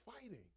fighting